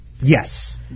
Yes